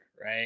right